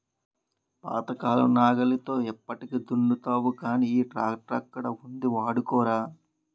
పాతకాలం నాగలితో ఎప్పటికి దున్నుతావ్ గానీ నా ట్రాక్టరక్కడ ఉంది వాడుకోరా